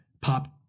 pop